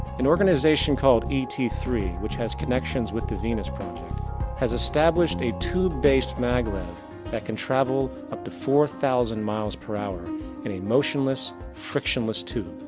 an organisation called e t three which has connection with the venus has established a tube-based mag-lev that can travel up to four thousand miles per hour in a motionless, frictionless tube,